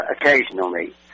occasionally